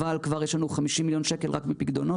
אבל כבר יש לנו 50 מיליון שקל רק בפיקדונות.